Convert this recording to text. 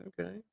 okay